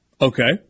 Okay